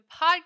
podcast